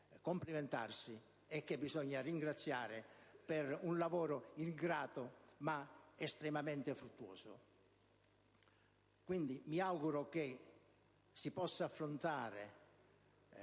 complimentarsi e che bisogna ringraziare per un lavoro ingrato ma estremamente fruttuoso. Quindi mi auguro che si possa affrontare